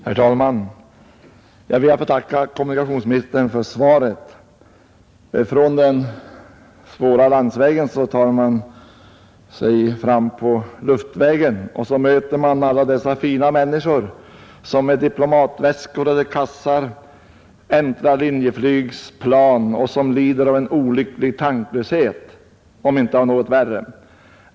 Herr talman! Jag ber att få tacka herr kommunikationsministern för svaret. Från svåra landsvägar tar man sig fram på luftvägen och så möter man alla dessa fina människor som med diplomatväskor och kassar äntrar Linjeflygs plan och som lider av en olycklig tanklöshet — om inte något ännu värre.